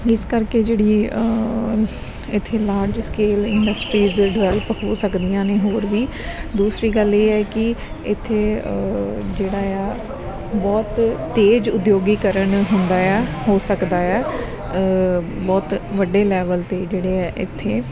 ਇਸ ਕਰਕੇ ਜਿਹੜੀ ਇੱਥੇ ਲਾਰਜ ਸਕੇਲ ਇੰਡਸਟਰੀਜ਼ ਡਿਵੈਲਪ ਹੋ ਸਕਦੀਆਂ ਨੇ ਹੋਰ ਵੀ ਦੂਸਰੀ ਗੱਲ ਇਹ ਹੈ ਕਿ ਇੱਥੇ ਜਿਹੜਾ ਆ ਬਹੁਤ ਤੇਜ਼ ਉਦਯੋਗੀਕਰਨ ਹੁੰਦਾ ਆ ਹੋ ਸਕਦਾ ਆ ਬਹੁਤ ਵੱਡੇ ਲੈਵਲ 'ਤੇ ਜਿਹੜੇ ਹੈ ਇੱਥੇ